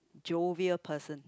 jovial person